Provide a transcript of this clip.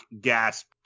gasp